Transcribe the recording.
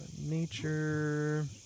Nature